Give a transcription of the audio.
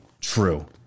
true